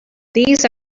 these